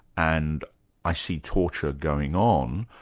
and i see torture going on,